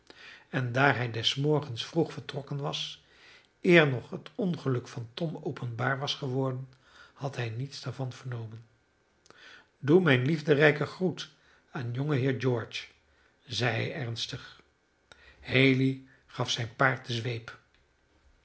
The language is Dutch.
en daar hij des morgens vroeg vertrokken was eer nog het ongeluk van tom openbaar was geworden had hij niets daarvan vernomen doe mijn liefderijken groet aan jongeheer george zeide hij ernstig haley gaf zijn paard de zweep